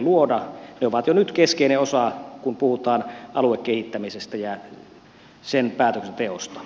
ne ovat jo nyt keskeinen osa kun puhutaan aluekehittämisestä ja sen päätöksenteosta